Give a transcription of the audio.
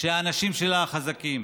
כשהאנשים שלה חזקים,